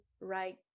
right